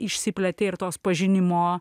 išsiplėtė ir tos pažinimo